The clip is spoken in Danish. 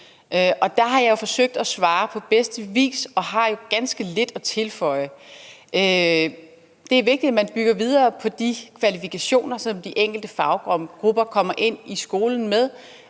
og der har jeg jo forsøgt at svare på bedste vis og har ganske lidt at tilføje. Det er vigtigt, at man bygger videre på de kvalifikationer, som de enkelte faggrupper kommer ind i skolen med,